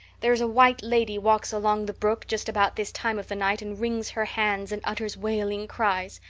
there's a white lady walks along the brook just about this time of the night and wrings her hands and utters wailing cries.